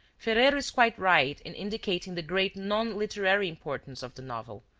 ferrero is quite right in indicating the great non-literary importance of the novel,